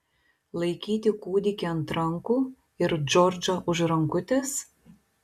laikyti kūdikį ant rankų ir džordžą už rankutės